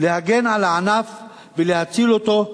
להגן על הענף ולהציל אותו,